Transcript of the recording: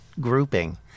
grouping